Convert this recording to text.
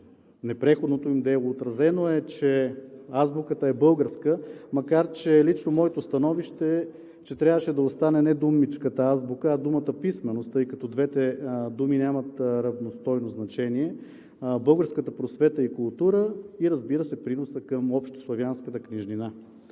и Методий. Отразено е, че азбуката е българска, макар че лично моето становище е, че трябваше да остане не думичката азбука, а думата писменост, тъй като двете думи нямат равностойно значение, българската просвета и култура и, разбира се, приносът към общославянската книжнина.